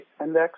index